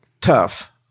tough